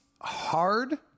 hard